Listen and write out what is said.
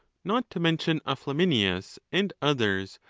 not to mention a flaminius and others,